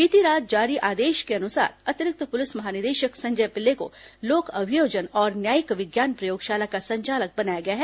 बीती रात जारी आदेश के अनुसार अतिरिक्त पुलिस महानिदेशक संजय पिल्ले को लोक अभियोजन और न्यायिक विज्ञान प्रयोगशाला का संचालक बनाया गया है